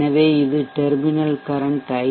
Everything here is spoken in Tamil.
எனவே இது டெர்மினல் கரன்ட் ஐ